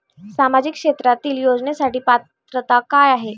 सामाजिक क्षेत्रांतील योजनेसाठी पात्रता काय आहे?